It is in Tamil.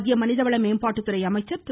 மத்திய மனித வள மேம்பாட்டுத்துறை அமைச்சர் திரு